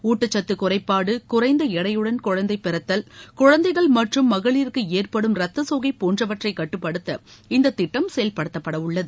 ஊட்டச்சத்து குறைபாடு குறைந்த எடையுடன் குழந்தை பிறத்தல் குழந்தைகள் மற்றும் மகளிருக்கு ஏற்படும் ரத்த சோகை போன்றவற்றை கட்டுப்படுத்த இந்த திட்டம் செயல்படுத்தப்படவுள்ளது